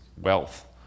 wealth